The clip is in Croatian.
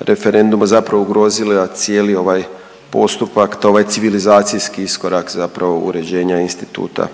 referenduma zapravo ugrozila cijeli ovaj postupak, ovaj civilizacijski iskorak zapravo uređenja instituta